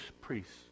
priests